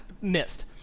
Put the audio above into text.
missed